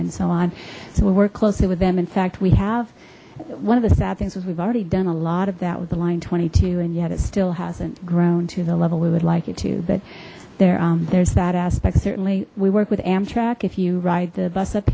and so on so we work closely with them in fact we have one of the sad things was we've already done a lot of that with the line twenty two and yet it still hasn't grown to the level we would like it to but there there's that aspect certainly we work with amtrak if you ride the bus up